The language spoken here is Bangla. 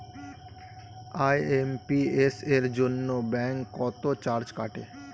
আই.এম.পি.এস এর জন্য ব্যাংক কত চার্জ কাটে?